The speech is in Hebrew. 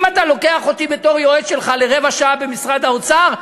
אם אתה לוקח אותי בתור יועץ שלך לרבע שעה במשרד האוצר,